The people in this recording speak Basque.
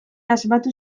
asmatu